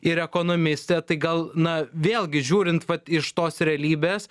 ir ekonomistę tai gal na vėlgi žiūrint vat iš tos realybės